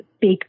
big